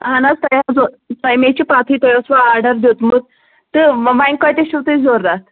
اَہن حظ تۄہہِ تۄہہِ مےٚ چھِ پَتہٕے تۄہہِ اوسوٕ آرڈر دیُتمُت تہٕ وَ وۄنۍ کٲتیٛاہ چھُو تُہۍ ضوٚرَتھ